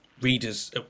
readers